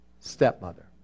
stepmother